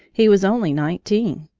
he was only nineteen!